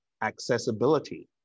accessibility